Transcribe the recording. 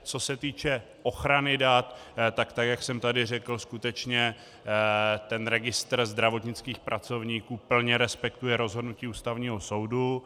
Co se týče ochrany dat, tak jak jsem tady řekl, skutečně ten registr zdravotnických pracovníků plně respektuje rozhodnutí Ústavního soudu.